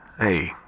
Hey